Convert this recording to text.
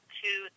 two